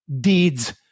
deeds